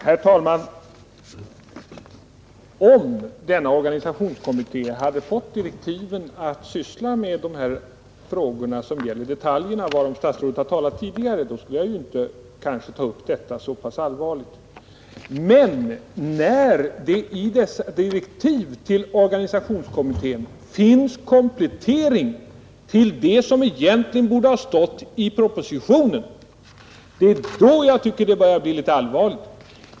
Herr talman! Om man i denna organisationskommitté hade fått direktiv att syssla med de här frågorna som gäller detaljerna, varom statsrådet har talat tidigare, skulle jag kanske inte ta detta så pass allvarligt. Men när det i dessa direktiv till organisationskommittén finns en komplettering av det som egentligen borde ha stått i propositionen, då tycker jag att det börjar bli litet allvarligt.